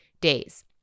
days